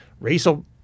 racial